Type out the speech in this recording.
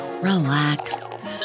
relax